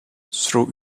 through